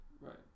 Right